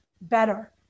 better